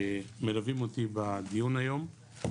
מלווים אותי בדיון היום.